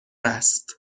است